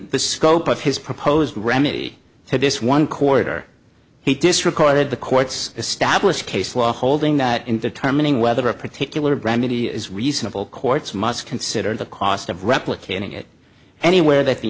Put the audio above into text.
the scope of his proposed remedy to this one corridor he disregarded the court's established case law holding that in determining whether a particular brandy is reasonable courts must consider the cost of replicating it anywhere th